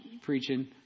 preaching